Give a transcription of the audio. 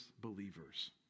believers